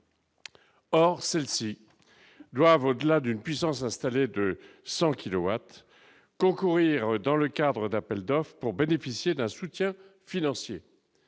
or celles-ci doivent, au-delà d'une puissance installée de 100 kilowatts concourir dans le cadre d'appel d'offres pour bénéficier d'un soutien financier